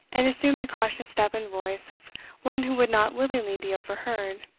and assumed the cautious step and voice of one who would not willingly be overheard.